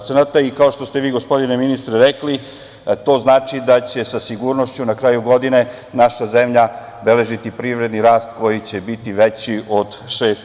Kao što ste vi gospodine ministre rekli, to znači da će sa sigurnošću na kraju godine naša zemlja beležiti privredni rast koji će biti veći od 6%